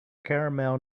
caramel